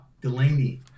Delaney